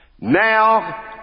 Now